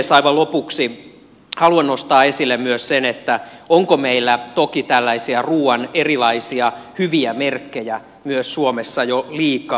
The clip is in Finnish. aivan lopuksi haluan nostaa esille myös sen että onko meillä tällaisia ruuan erilaisia toki hyviä merkkejä suomessa jo liikaa